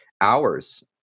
hours